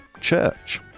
church